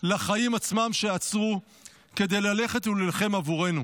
לחיים עצמם, שעצרו כדי ללכת ולהילחם עבורנו.